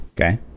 okay